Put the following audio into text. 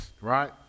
right